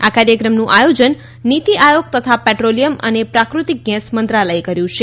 આ કાર્યક્રમનું આયોજન નીતી આયોગ તથા પેટ્રોલીયમ અને પ્રાકૃતિક ગેસ મંત્રાલયે કર્યુ છે